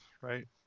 right